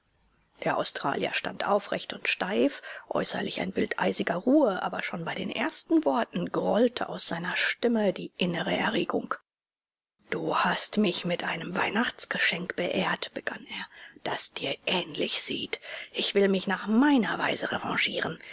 der australier stand aufgereckt und steif äußerlich ein bild eisiger ruhe aber schon bei den ersten worten grollte aus seiner stimme die innere erregung du hast mich mit einem weihnachtsgeschenk beehrt begann er das dir ähnlich sieht ich will mich nach meiner weise revanchieren